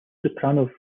soprano